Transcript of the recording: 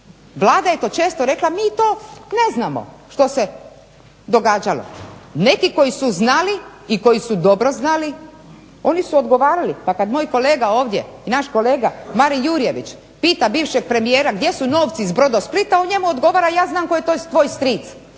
Vlada je to često rekla mi to ne znamo što se događalo. Neki koji su znali i koji su dobro znali oni su odgovarali. Pa kad moj kolega ovdje, naš kolega Marin Jurjević pita bivšeg premijera gdje su novci iz Brodosplita on njemu odgovara ja znam tko je tvoj stric.